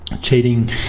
cheating